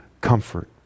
comfort